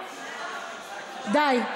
די.